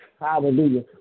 Hallelujah